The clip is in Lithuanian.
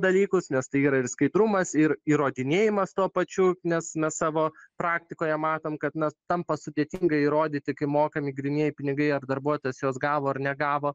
dalykus nes tai yra ir skaidrumas ir įrodinėjimas tuo pačiu nes mes savo praktikoje matom kad na tampa sudėtinga įrodyti kai mokami grynieji pinigai ar darbuotojas juos gavo ar negavo